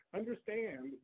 understand